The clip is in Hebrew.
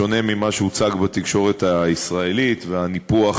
בשונה ממה שהוצג בתקשורת הישראלית והניפוח